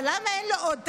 אבל למה אין לו עוד תקציב?